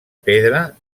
pedra